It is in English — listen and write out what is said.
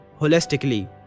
holistically